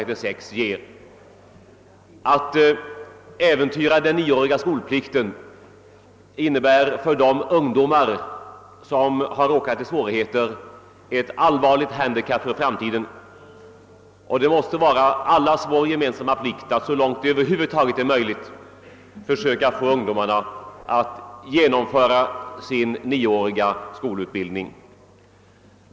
Ett uppmjukande av den nioåriga skolplikten innebär att de ungdomar som råkat i svårigheter får ett allvarligt handikapp för framtiden. Det måste vara allas vår gemensamma plikt att så långt det över huvud taget är möjligt försöka få ungdomarna att genomföra en nioårig skolutbildning.